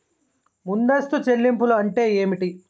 ముందస్తు చెల్లింపులు అంటే ఏమిటి?